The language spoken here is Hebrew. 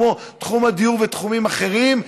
כמו תחום הדיור ותחומים אחרים,